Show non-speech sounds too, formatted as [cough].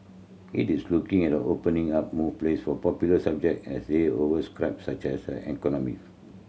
it is looking at opening up more place for popular subject as they [unintelligible] such as economic